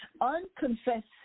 Unconfessed